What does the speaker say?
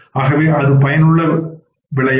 ஆகவே அது பயனுள்ள விலையா